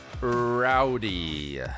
rowdy